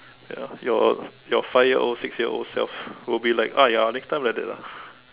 ya your your five year old six year old self will be like !aiya! next time like that lah